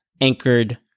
anchored